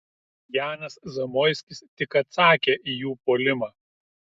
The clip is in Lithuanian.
janas zamoiskis tik atsakė į jų puolimą